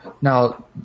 now